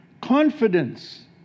Confidence